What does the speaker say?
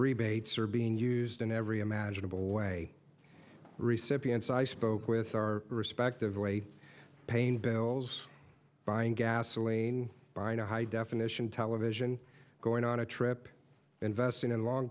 rebates are being used in every imaginable way reception and so i spoke with our respective way pain bills buying gasoline buying a high definition television going on a trip investing in long